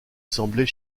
semblait